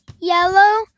yellow